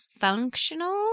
functional